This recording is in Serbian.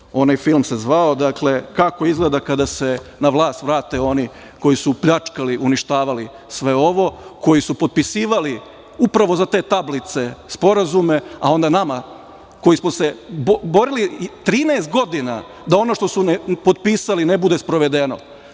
onaj film, dakle, kako izgleda kada se na vlast vrate oni koji su pljačkali, uništavali sve ovo, koji su potpisivali upravo za te tablice sporazume, a onda nama, koji smo se borili 13 godina da ono što su potpisali ne bude sprovedeno,